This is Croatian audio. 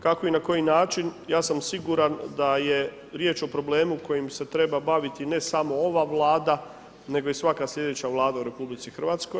Kako i na koji način, ja sam siguran da je riječ o problemu kojim se treba baviti ne samo ova Vlada nego i svaka sljedeća Vlada u RH.